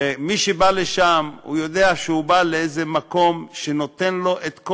ומי שבא לשם יודע שהוא בא למקום שנותן לו את כל